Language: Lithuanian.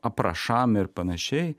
aprašam ir panašiai